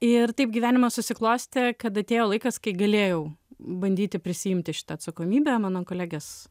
ir taip gyvenimas susiklostė kad atėjo laikas kai galėjau bandyti prisiimti šitą atsakomybę mano kolegės